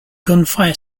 gunfire